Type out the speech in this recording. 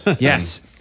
Yes